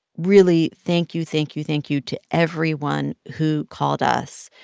really, thank you, thank you, thank you to everyone who called us.